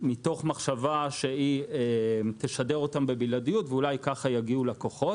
מתוך מחשבה שהיא תשדר את הדברים בבלעדיות ואולי כך יגיעו לקוחות.